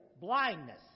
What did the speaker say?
blindness